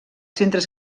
centres